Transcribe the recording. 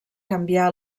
canviar